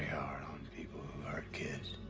hard on people kids.